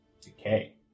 decay